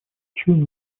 ключевым